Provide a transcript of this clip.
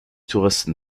touristen